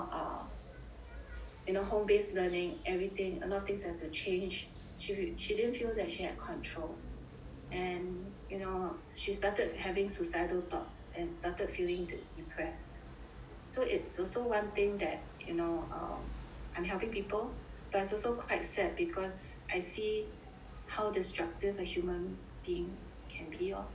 in a home based learning everything a lot of things have to change she she didn't feel that she had control and you know she started having suicidal thoughts and started feeling de~ depressed so it's also one thing that you know um I'm helping people but it's also quite sad because I see how destructive a human being can be lor hmm